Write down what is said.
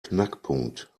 knackpunkt